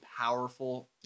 powerful